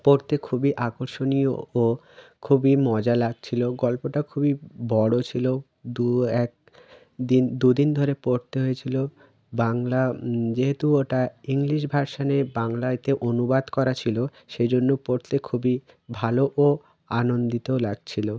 পড়তে খুবই আকর্ষণীয় ও খুবই মজা লাগছিল গল্পটা খুবই বড় ছিল দু এক দিন দু দিন ধরে পড়তে হয়েছিল বাংলা যেহেতু ওটা ইংলিশ ভার্সানে বাংলাতে অনুবাদ করা ছিল সেই জন্য পড়তে খুবই ভালো ও আনন্দিত লাগছিল